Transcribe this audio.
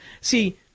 See